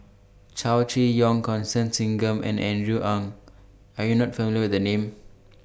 Chow Chee Yong Constance Singam and Andrew Ang YOU Are not familiar with The Names